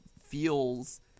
feels